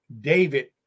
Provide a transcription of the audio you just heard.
David